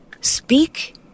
speak